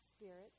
Spirit